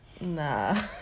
nah